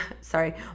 sorry